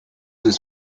was